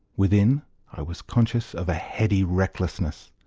within i was conscious of a heady recklessness,